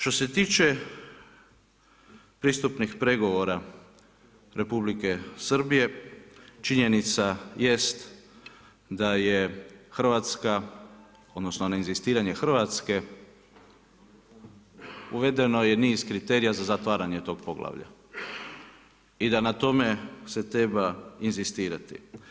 Što se tiče pristupnih pregovora RH činjenica jest da je Hrvatska odnosno na inzistiranje Hrvatske uvedeno je niz kriterija za zatvaranje tog poglavlja i da na tome se treba inzistirati.